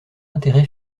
intérêt